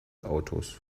autos